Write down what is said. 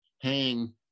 hang